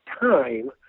time